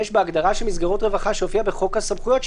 בהגדרה של מסגרות רווחה שהופיעה בחוק הסמכויות,